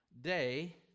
day